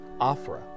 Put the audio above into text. Aphra